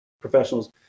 professionals